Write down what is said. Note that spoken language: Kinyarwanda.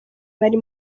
bari